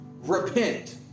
repent